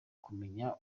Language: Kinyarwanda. kumenya